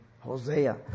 Hosea